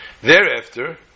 Thereafter